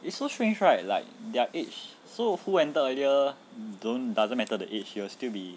it's so strange right like their age so who entered earlier don't doesn't matter the age you will still be